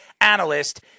Analyst